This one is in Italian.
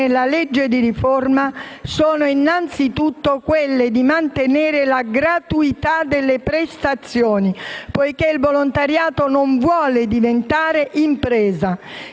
legge di riforma sono innanzitutto quelle di mantenere la gratuità delle prestazioni, poiché il volontariato non vuole diventare impresa.